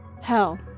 Hell